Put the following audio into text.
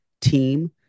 team